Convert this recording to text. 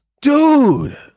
Dude